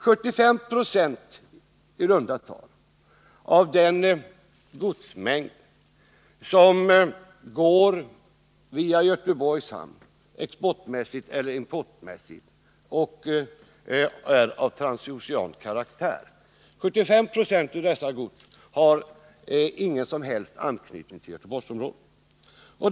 75 26, i runda tal, av den godsmängd av transocean karaktär som går via Göteborgs hamn — för export eller import — har ingen som helst anknytning till Göteborgsområdet.